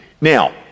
Now